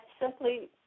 simply